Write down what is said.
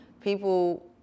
people